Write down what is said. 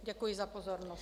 Děkuji za pozornost.